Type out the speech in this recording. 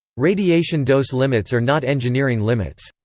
radiation dose limits are not engineering limits.